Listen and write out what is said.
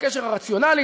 הקשר הרציונלי.